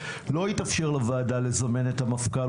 לא התאפשר לוועדה לזמן את המפכ"ל,